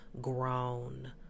grown